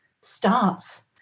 starts